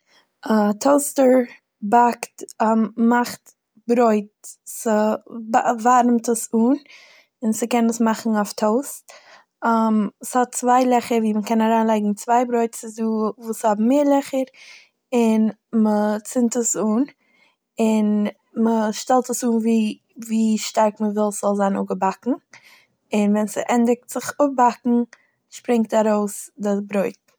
א טאויסטער באקט- מאכט ברויט, ס'ב- ווארעמט עס אן און ס'קען עס מאכן אויף טאויסט, ס'האט צוויי לעכער ווי מ'קען אריינלייגן צוויי ברויט, ס'איז דא וואס האבן מער לעכער און מ'צינד עס אן און מ'שטעלט עס אן ווי- ווי שטארק מ'וויל ס'זאל זיין אפגעבאקן און ווען ס'ענדיגט זיך אפבאקן שפרינגט ארויס די ברויט.